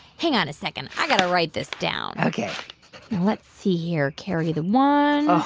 hang on a second. i got to write this down ok let's see here. carry the one.